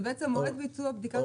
זה בעצם מועד ביצוע בדיקת ההחלמה.